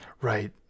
Right